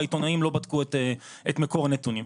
העיתונאים לא בדקו את מקור הנתונים.